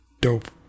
dope